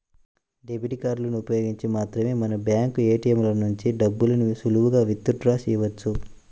debit కార్డులను ఉపయోగించి మాత్రమే మనం బ్యాంకు ఏ.టీ.యం ల నుంచి డబ్బుల్ని సులువుగా విత్ డ్రా చెయ్యొచ్చు